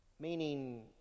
Meaning